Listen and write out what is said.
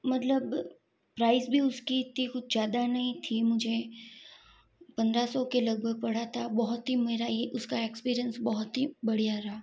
मतलब प्राइस भी उसकी इतनी कुछ ज़्यादा नहीं थी मुझे पन्द्रह सौ के लगभग पड़ा था बहौत ही मेरा ये उसका एक्सपीरियंस बहौत ही बढ़िया रहा